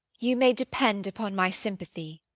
you may depend upon my sympathy.